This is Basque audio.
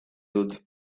dut